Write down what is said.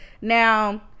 now